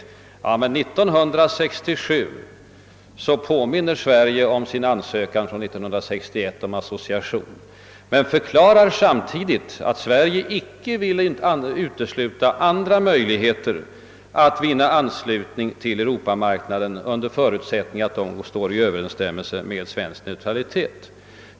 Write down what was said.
Men, herr Lange, 1967 påminde Sverige om sin ansökan från 1962 om association men förklarade samtidigt att Sverige icke ville utesluta andra möjligheter att vinna anslutning till Europamarknaden under förutsättning att det står i överensstämmelse med svensk neutralitet.